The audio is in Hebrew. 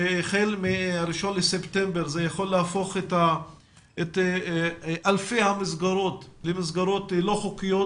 שהחל מה-1 בספטמבר זה יכול להפוך את אלפי המסגרות למסגרות לא חוקיות